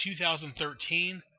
2013